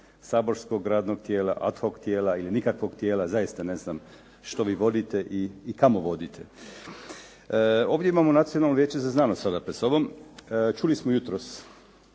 saborskog radnog tijela, ad hoc tijela ili nikakvog tijela. Zaista ne znam što vi vodite i kamo vodite. Ovdje imamo Nacionalno vijeće za znanost sada pred sobom. Čuli smo jutros